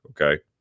okay